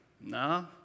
No